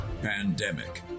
Pandemic